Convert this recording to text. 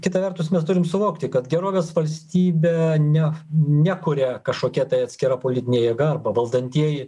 kita vertus mes turim suvokti kad gerovės valstybę ne nekuria kažkokia tai atskira politinė jėga arba valdantieji